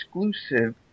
exclusive